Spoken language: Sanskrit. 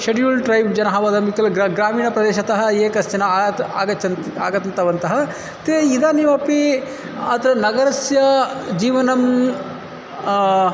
षेड्यूल् ट्रैब् जनाः वदन्ति किल ग्र ग्रामीप्रदेशतः कश्चन आत् आगच्छन्ति आगन्तवन्तः ते इदानीमपि अत्र नगरस्य जीवनं